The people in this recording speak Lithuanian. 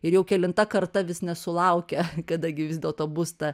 ir jau kelinta karta vis nesulaukia kada gi vis dėlto bus ta